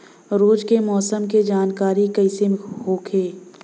रोज के मौसम के जानकारी कइसे होखि?